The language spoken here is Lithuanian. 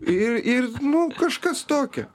ir ir nu kažkas tokio